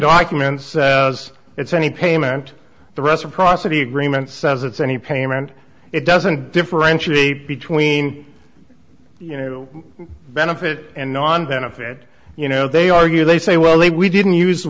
document says it's any payment the reciprocity agreement says it's any payment it doesn't differentiate between you know benefit and on benefit you know they argue they say well if we didn't use the